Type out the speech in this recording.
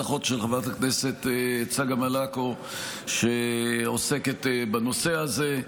החוק של חברת הכנסת צגה מלקו שעוסקת בנושא הזה.